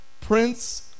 prince